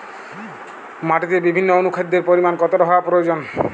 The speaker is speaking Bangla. মাটিতে বিভিন্ন অনুখাদ্যের পরিমাণ কতটা হওয়া প্রয়োজন?